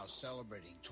celebrating